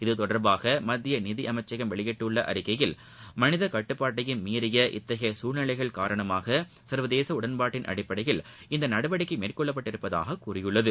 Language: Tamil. இது தொடர்பாக மத்திய நிதி அமைச்சகம் வெளியிட்டுள்ள அறிக்கையில் மனித கட்டுப்பாட்டையும் மீறிய இத்தகைய சூழ்நிலைகள் காரணமாக சா்வதேச உடன்பாட்டின் அடிப்படையில் நடவடிக்கை மேற்கொள்ளப்பட்டுள்ளதாகக் கூறியுள்ளது